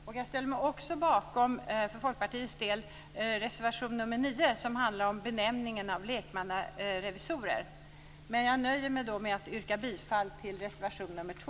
För Folkpartiets del ställer jag mig också bakom reservation 9 om benämningen av lekmannarevisorer. Jag nöjer mig dock med att yrka bifall till reservation nr 2.